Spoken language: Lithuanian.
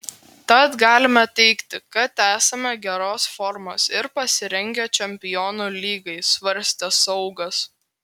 tad galime teigti kad esame geros formos ir pasirengę čempionų lygai svarstė saugas